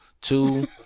Two